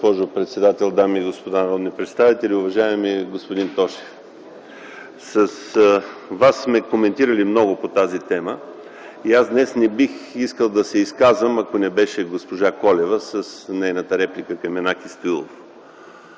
госпожо председател, дами и господа народни представители! Уважаеми господин Тошев, с Вас сме коментирали много по тази тема и днес не бих искал да се изказвам, ако не беше репликата на госпожа Колева към Янаки Стоилов.